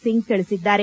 ಸಿಂಗ್ ತಿಳಿಸಿದ್ದಾರೆ